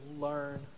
learn